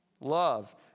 Love